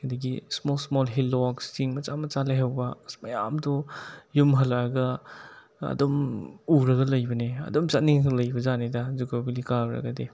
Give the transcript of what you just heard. ꯑꯗꯒꯤ small small hillocks ꯆꯤꯡ ꯃꯆꯥ ꯃꯆꯥ ꯂꯩꯍꯧꯕ ꯑꯁ ꯃꯌꯥꯝꯗꯣ ꯌꯨꯝ ꯍꯜꯂꯛꯑꯒ ꯑꯗꯨꯝ ꯎꯔꯒ ꯂꯩꯕꯅꯦ ꯑꯗꯨꯝ ꯆꯠꯅꯤꯡꯗꯨꯅ ꯂꯩꯕ ꯖꯥꯠꯅꯤꯗ ꯖꯨꯀꯣ ꯕꯦꯜꯂꯤ ꯀꯥꯔꯨꯔꯒꯗꯤ